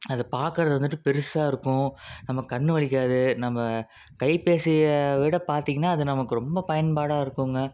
அது பார்க்கறது வந்துட்டு பெருசாக இருக்கும் நம்ம கண்ணு வலிக்காது நம்ம கைபேசியை விட பார்த்திங்கனா அது நமக்கு ரொம்ப பயன்பாடாக இருக்குங்க